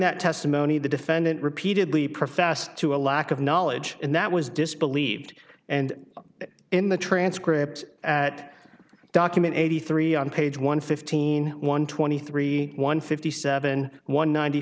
that testimony the defendant repeatedly professed to a lack of knowledge and that was disbelieved and in the transcript at document eighty three on page one fifteen one twenty three one fifty seven one ninety